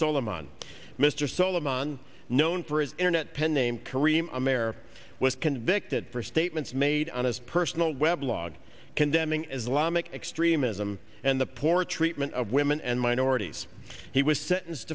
solomon mr solomon known for his internet pen name karim a mare was convicted for statements made on his personal web log condemning islamic extremism and the poor treatment of women and minorities he was sentenced